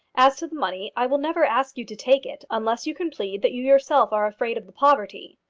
as to the money, i will never ask you to take it, unless you can plead that you yourself are afraid of the poverty.